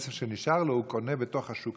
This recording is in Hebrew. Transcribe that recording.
הוא קונה בתוך השוק,